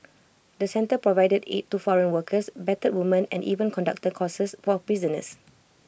the centre provided aid to foreign workers battered women and even conducted courses for prisoners